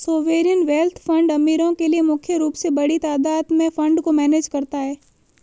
sovereign wealth fund अमीरो के लिए मुख्य रूप से बड़ी तादात में फंड को मैनेज करता है